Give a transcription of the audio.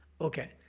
Okay